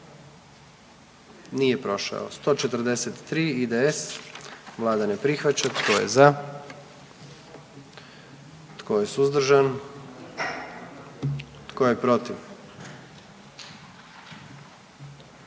zastupnika SDP-a, vlada ne prihvaća. Tko je za? Tko je suzdržan? Tko je protiv?